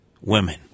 women